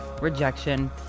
rejection